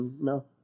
No